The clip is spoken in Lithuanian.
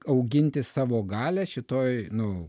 auginti savo galią šitoj nu